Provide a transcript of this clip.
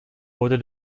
wurde